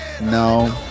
No